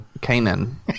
Canaan